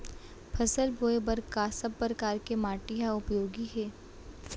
फसल बोए बर का सब परकार के माटी हा उपयोगी हे?